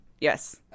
Yes